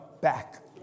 back